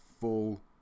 full